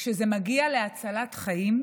כשזה מגיע להצלת חיים,